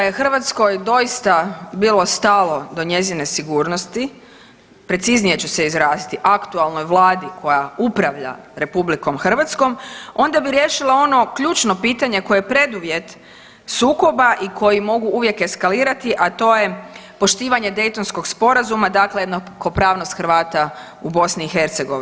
Da je Hrvatskoj doista bilo stalo do njezine sigurnosti, preciznije ću se izraziti, aktualnoj Vladi koja upravlja Republikom Hrvatskom onda bi riješila ono ključno pitanje koje je preduvjet sukoba i koji mogu uvijek eskalirati, a to je poštivanje Daytonskog sporazuma, dakle jednakopravnost Hrvata u Bosni i Hercegovini.